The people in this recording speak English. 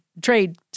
trade